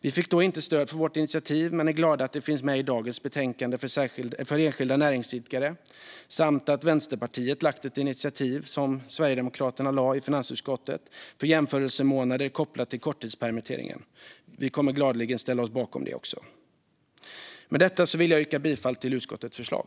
Vi fick då inte stöd för vårt initiativ men är glada att det finns med i dagens betänkande för enskilda näringsidkare samt att Vänsterpartiet lagt fram ett initiativ, likt Sverigedemokraternas, i finansutskottet för jämförelsemånader kopplat till korttidspermitteringen. Vi kommer gladeligen att ställa oss bakom detta. Med detta vill jag yrka bifall till utskottets förslag.